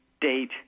date